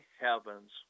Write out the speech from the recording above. heavens